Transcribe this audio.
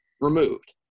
removed